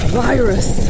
virus